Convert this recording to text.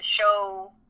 show